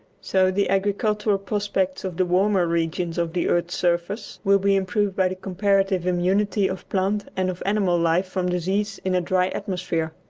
so the agricultural prospects of the warmer regions of the earth's surface will be improved by the comparative immunity of plant and of animal life from disease in a dry atmosphere.